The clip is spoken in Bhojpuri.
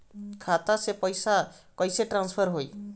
खाता से पैसा कईसे ट्रासर्फर होई?